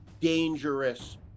dangerous